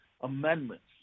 amendments